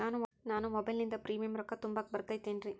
ನಾನು ಮೊಬೈಲಿನಿಂದ್ ಪ್ರೇಮಿಯಂ ರೊಕ್ಕಾ ತುಂಬಾಕ್ ಬರತೈತೇನ್ರೇ?